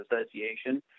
Association